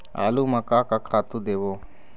आलू म का का खातू देबो?